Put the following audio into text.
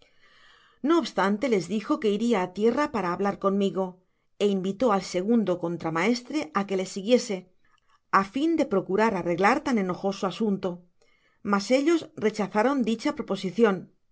no obstante les dijo queiria á tierra para hablar conmigo é invitó al segundo contramaestre á que le siguiese á fin de procurar arreglar tan enojoso asunto mas ellos rechazaron dicha proposicion